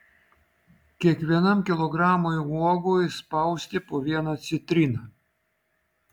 kiekvienam kilogramui uogų įspausti po vieną citriną